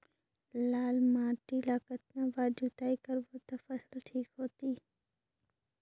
लाल माटी ला कतना बार जुताई करबो ता फसल ठीक होती?